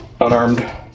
Unarmed